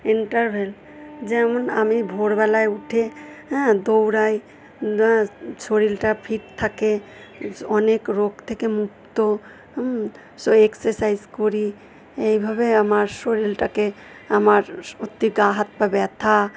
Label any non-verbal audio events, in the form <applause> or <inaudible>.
interval যেমন আমি ভোরবেলায় উঠে হ্যাঁ দৌড়াই <unintelligible> শরীরটা ফিট থাকে অনেক রোগ থেকে মুক্ত সো এক্সারসাইজ করি এইভাবে আমার শরীরটাকে আমার <unintelligible> হাত পা ব্যাথা